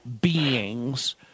beings